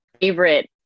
favorite